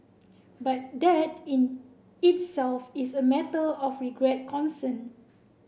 but that in itself is a matter of regret concern